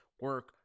Work